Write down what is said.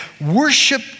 Worship